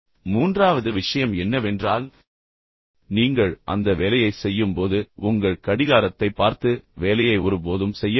மூன்றாவது விஷயம் என்னவென்றால் நீங்கள் அந்த வேலையைச் செய்யும்போது உங்கள் கடிகாரத்தை பார்த்து வேலையை ஒருபோதும் செய்யவேண்டாம்